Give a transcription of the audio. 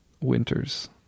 winters